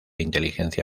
inteligencia